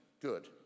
good